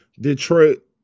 Detroit